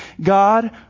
God